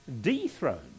dethroned